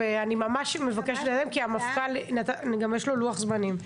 אני מבקשת לקצר, כי למפכ"ל יש לוח זמנים.